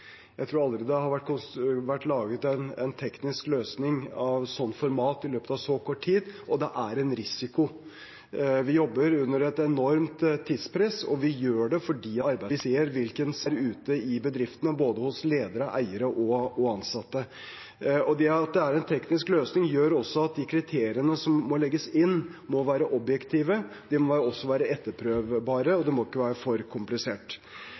jeg tror aldri det har vært laget en teknisk løsning av et sånt format i løpet av så kort tid, og det er en risiko. Vi jobber under et enormt tidspress. Vi gjør det fordi det handler om arbeidsplasser, og vi ser hvilken smerte det er ute i bedriftene, både hos ledere, eiere og ansatte. Det at det er en teknisk løsning, gjør at de kriteriene som må legges inn, må være objektive. De må også være etterprøvbare, og det må ikke være for komplisert.